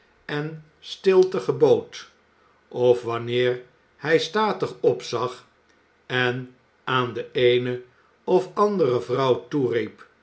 en stilte gebood of wanneer hij statig opzag en aan de eene of andere vrouw toeriep